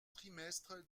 trimestre